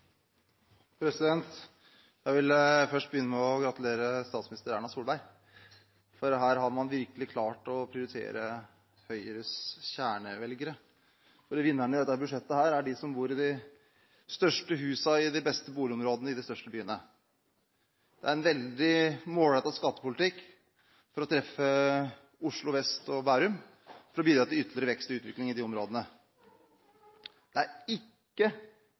Jeg vil begynne med å gratulere statsminister Erna Solberg, for her har man virkelig klart å prioritere Høyres kjernevelgere. Vinnerne i dette budsjettet er de som bor i de største husene i de beste boligområdene i de største byene. Det er en veldig målrettet skattepolitikk for å treffe Oslo vest og Bærum, for å bidra til ytterligere vekst og utvikling i de områdene. Det er ikke